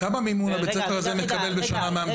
מה התקציב של המימון שמקבל אותו בית ספר בשנה מהמדינה?